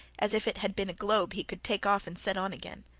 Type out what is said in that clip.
as if it had been a globe he could take off and set on again.